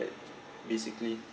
basically